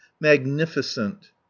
Magnificent